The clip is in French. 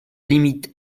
limite